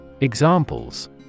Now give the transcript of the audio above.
Examples